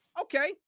okay